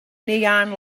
neon